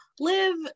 live